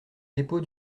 dépôt